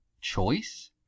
choice